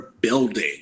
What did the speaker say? building